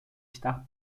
estar